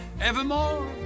evermore